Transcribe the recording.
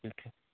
ठीक है